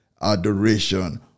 adoration